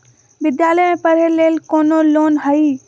विद्यालय में पढ़े लेल कौनो लोन हई?